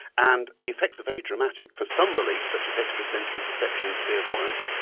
and the effects are very dramatic. for some beliefs, such as extrasensory perception and clairvoyance,